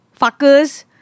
fuckers